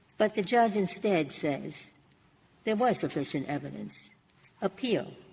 but the judge instead says there was sufficient evidence appeal.